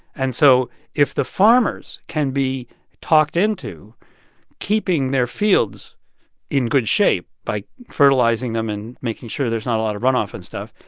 and so if the farmers can be talked into keeping their fields in good shape by fertilizing them and making sure there's not a lot of runoff and stuff,